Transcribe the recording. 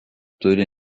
turi